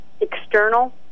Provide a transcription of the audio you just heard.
external